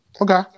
Okay